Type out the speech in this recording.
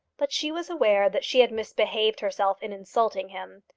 but she was aware that she had misbehaved herself in insulting him.